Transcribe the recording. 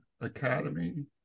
Academy